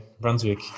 Brunswick